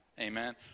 Amen